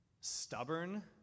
stubborn